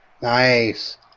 Nice